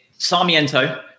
Sarmiento